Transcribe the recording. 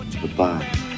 Goodbye